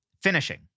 finishing